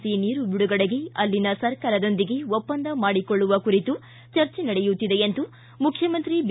C ನೀರು ಬಿಡುಗಡೆಗೆ ಅಲ್ಲಿನ ಸರ್ಕಾರದೊಂದಿಗೆ ಒಪ್ಪಂದ ಮಾಡಿಕೊಳ್ಳುವ ಕುರಿತು ಚರ್ಚೆ ನಡೆಯುತ್ತಿದೆ ಎಂದು ಮುಖ್ಚಮಂತ್ರಿ ಬಿ